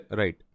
right